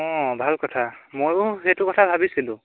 অঁ ভাল কথা ময়ো সেইটো কথা ভাবিছিলোঁ